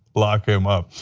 lock him up.